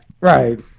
right